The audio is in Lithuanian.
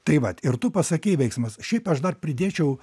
tai vat ir tu pasakei veiksmas šiaip aš dar pridėčiau